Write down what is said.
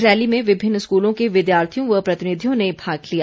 rally में विभिन्न स्कूलों के विद्यार्थियों व प्रतिनिधियों ने भाग लिया